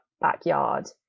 backyard